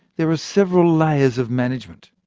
there are several layers of management,